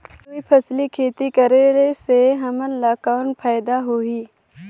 दुई फसली खेती करे से हमन ला कौन फायदा होही?